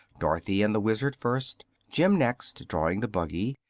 dorothy and the wizard first, jim next, drawing the buggy,